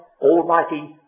Almighty